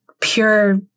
pure